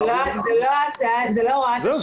זה לא הוראת השעה --- זהו,